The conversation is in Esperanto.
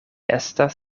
estas